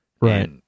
right